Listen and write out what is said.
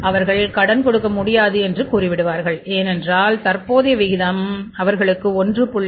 அவர்கள் கடன் கொடுக்க முடியாது என்று கூறிவிடுவார்கள் ஏனென்றால் தற்போதைய விகிதம் அவர்களுக்கு1